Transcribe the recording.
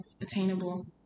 attainable